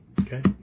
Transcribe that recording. Okay